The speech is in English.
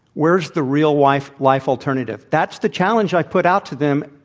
where is the real life life alternative? that's the challenge i've put out to them,